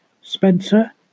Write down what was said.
Spencer